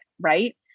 right